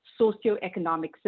socioeconomic